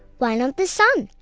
why not the sun,